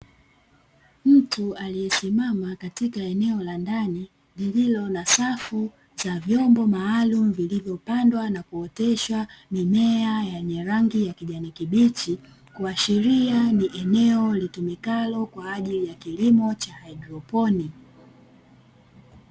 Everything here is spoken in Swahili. Mtu aliyesimama katika eneo la ndani lililo na safu za vyombo maalumu vilivyopandwa na kuoteshwa mimea yenye rangi ya kijani kibichi, kuashiria ni eneo linalotumikalo kwa ajili ya kilimo cha haidroponi.